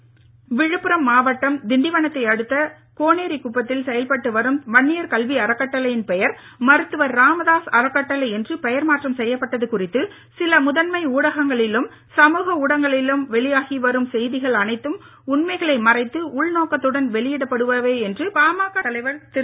திண்டிவனத்தை விழுப்புரம் மாவட்டம் அடுத்த கோனேரிக்குப்பத்தில் செயல்பட்டு வரும் வன்னியர் கல்வி அறக்கட்டளையின் பெயர் மருத்துவர் இராமதாஸ் அறக்கட்டளை என்று பெயர் மாற்றம் செய்யப்பட்டது குறித்து சில முதன்மை ஊடகங்களிலும் சமூக ஊடகங்களிலும் வெளியாகி வரும் செய்திகள் அனைத்தும் உண்மைகளை மறைத்து உள்நோக்கத்துடன் வெளியிடப்படுபவை என்று பாமக தலைவர் திரு